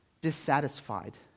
dissatisfied